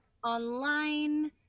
online